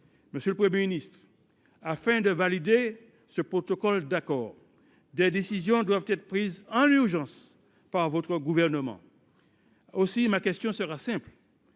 Monsieur le Premier ministre, afin de valider ce protocole d’accord, des décisions doivent être prises en urgence par votre gouvernement. Aussi, ma question sera simple